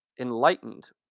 Enlightened